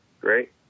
Great